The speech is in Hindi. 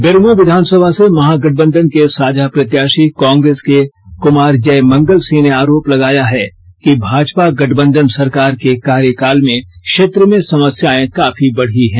बेरमो विधानसभा से महागठबंधन के साझा प्रत्याशी कांग्रेस के कुमार जय मंगल सिंह ने आरोप लगाया है कि भाजपा गठबंधन सरकार के कार्यकाल मे क्षेत्र में समस्याएं काफी बढी है